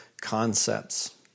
concepts